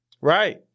Right